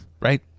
right